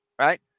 right